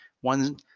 One